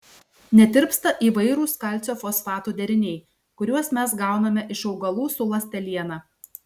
netirpsta įvairūs kalcio fosfatų deriniai kuriuos mes gauname iš augalų su ląsteliena